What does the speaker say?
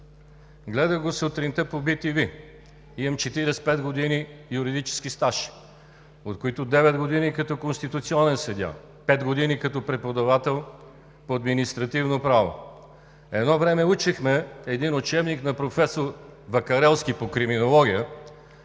Гледах го сутринта по bTV. Имам 45 години юридически стаж, от които 9 години като конституционен съдия, 5 години като преподавател по административно право. Едно време учехме по един учебник на професор Вакарелски по криминология,